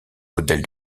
modèle